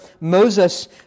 Moses